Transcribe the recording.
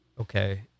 okay